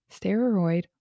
steroid